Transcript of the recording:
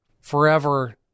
forever